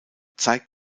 zeigt